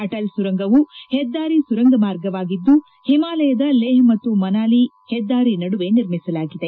ಅಟಲ್ ಸುರಂಗವು ಹೆದ್ದಾರಿ ಸುರಂಗ ಮಾರ್ಗವಾಗಿದ್ದು ಹಿಮಾಲಯದ ಲೇಹ್ ಮತ್ತು ಮನಾಲಿ ಹೆದ್ದಾರಿ ನಡುವೆ ನಿರ್ಮಿಸಲಾಗಿದೆ